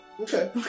Okay